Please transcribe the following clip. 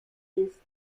ist